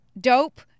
Dope